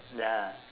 ya